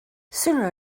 sooner